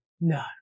no